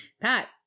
Pat